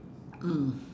mm